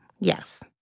Yes